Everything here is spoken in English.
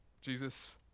Jesus